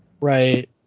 Right